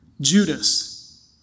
Judas